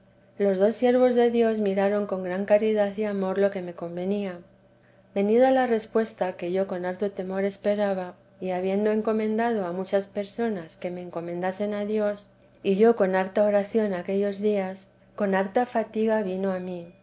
los dos siervos de dios miraron con gran caridad y amor lo que me convenía venida la respuesta que yo con harto temor esperaba y habiendo encomendado a muchas personas que me encomendasen a dios y yo con harta oración aquellos días con harta fatiga vino a mí